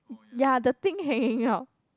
ya the thing hanging out